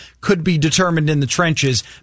could-be-determined-in-the-trenches